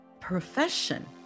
profession